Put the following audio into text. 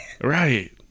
Right